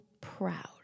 proud